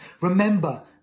Remember